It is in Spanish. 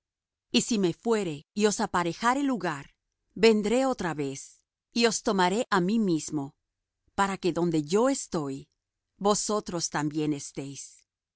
y si me fuere y os aparejare lugar vendré otra vez y os tomaré á mí mismo para que donde yo estoy vosotros también estéis